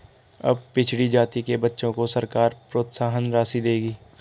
अब पिछड़ी जाति के बच्चों को सरकार प्रोत्साहन राशि देगी